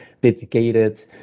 dedicated